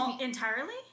Entirely